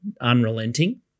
unrelenting